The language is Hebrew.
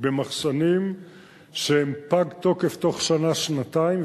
במחסנים שיפוג תוקפן תוך שנה-שנתיים,